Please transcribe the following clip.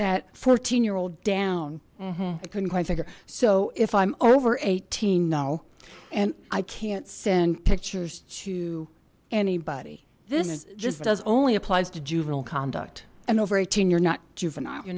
that fourteen year old down couldn't quite figure so if i'm over eighteen now and i can't send pictures to anybody this is just as only applies to juvenile conduct and over eighteen you're not juvenile you